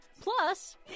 plus